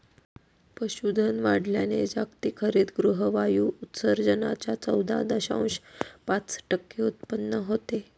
पशुधन वाढवल्याने जागतिक हरितगृह वायू उत्सर्जनाच्या चौदा दशांश पाच टक्के उत्पन्न होते